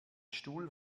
stuhl